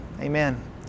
Amen